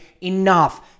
Enough